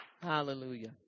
Hallelujah